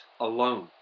alone